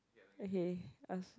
okay ask